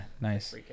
Nice